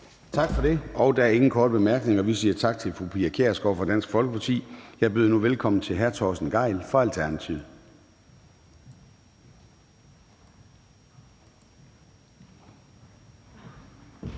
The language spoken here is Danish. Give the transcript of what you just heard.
Tak for det. Der er ingen korte bemærkninger, og vi siger tak til fru Pia Kjærsgaard fra Dansk Folkeparti. Jeg byder nu velkommen til hr. Torsten Gejl fra Alternativet.